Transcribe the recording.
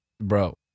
Bro